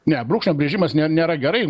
ne brūkšnio grįžimas ne nėra gerai